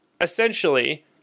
essentially